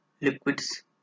liquids